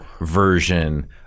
version